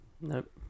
nope